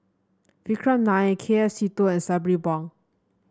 Vikram Nair K F Seetoh and Sabri Buang